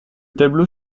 tableau